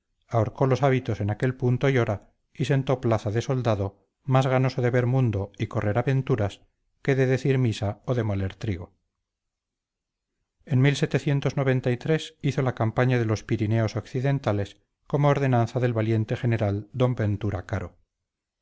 menores ahorcó los hábitos en aquel punto y hora y sentó plaza de soldado más ganoso de ver mundo y correr aventuras que de decir misa o de moler trigo en hizo la campaña de los pirineos occidentales como ordenanza del valiente general don ventura caro